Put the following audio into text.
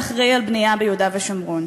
שאחראי לבנייה ביהודה ושומרון.